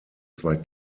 zwei